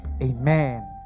Amen